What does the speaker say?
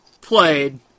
played